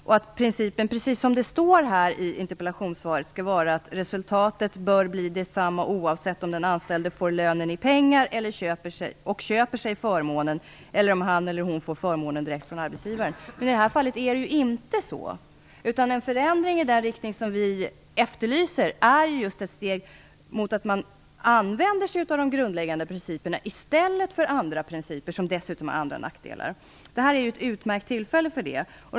Principen skall vara, precis som det står i interpellationssvaret, att resultatet bör bli detsamma oavsett om den anställde får lönen i pengar och köper sig förmånen eller om han eller hon får förmånen direkt från arbetsgivaren. I det här fallet är det inte så. En förändring i den riktning som vi efterlyser är ett steg mot att man använder sig av de grundläggande principerna i stället för andra principer, som dessutom har andra nackdelar. Det här är ett utmärkt tillfälle för det.